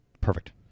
Perfect